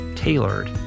Tailored